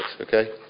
okay